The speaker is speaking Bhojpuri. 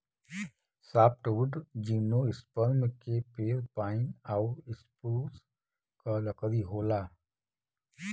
सॉफ्टवुड जिम्नोस्पर्म के पेड़ पाइन आउर स्प्रूस क लकड़ी होला